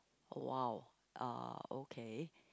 !wow! ah okay